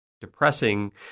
depressing